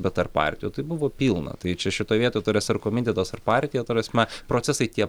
bet tarp partijų tai buvo pilna tai čia šitoj vietoj ta prasme ar komitetas ar partija ta prasme procesai tie